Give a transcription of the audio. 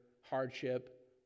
hardship